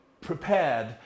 prepared